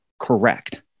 correct